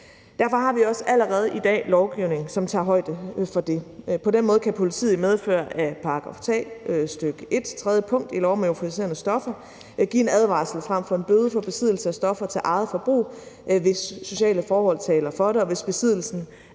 Derfor har vi også allerede i dag lovgivning, som tager højde for det. På den måde kan politiet i medfør af § 3, stk. 1, 3. pkt., i lov om euforiserende stoffer give en advarsel frem for en bøde for besiddelse af stoffer til eget forbrug, hvis sociale forhold taler for det, og hvis besiddelsen er udslag